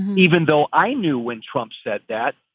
even though i knew when trump said that.